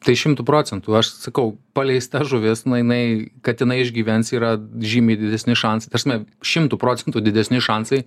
tai šimtu procentų aš sakau paleista žuvis mainai kad jinai išgyvens yra žymiai didesni šansai ta prasme šimtu procentų didesni šansai